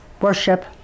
worship